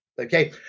okay